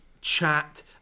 chat